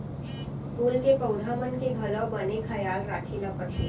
फूल के पउधा मन के घलौक बने खयाल राखे ल परथे